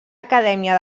acadèmia